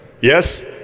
Yes